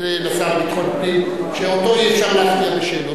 לשר לביטחון פנים, שאותו אי-אפשר להפתיע בשאלות.